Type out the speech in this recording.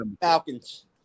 Falcons